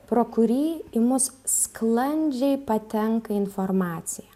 pro kurį į mus sklandžiai patenka informacija